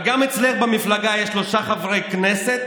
אבל גם אצלך במפלגה יש שלושה חברי כנסת